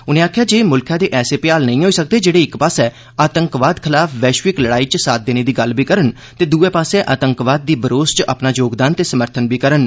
उनें आक्खेआ जे मुल्खे दे नेह भ्याल नेईं होई सकदे जेहड़े इक पास्सै आतंकवाद खलाफ वैश्विक लड़ाई च साथ देने दी गल्ल बी करन ते दूए पास्सै आतंकवाद दी बरोस च अपना योगदान ते समर्थन बी करन